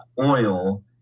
oil